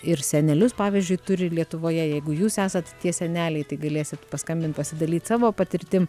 ir senelius pavyzdžiui turi lietuvoje jeigu jūs esat tie seneliai tai galėsit paskambint pasidalyt savo patirtim